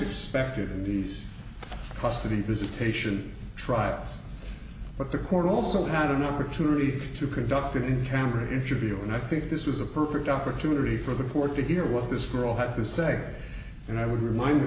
expected in these custody visitation trials but the court also had an opportunity to conduct in camera interview and i think this was a perfect opportunity for the poor to hear what this girl had to say and i would remind the